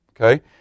Okay